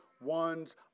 ones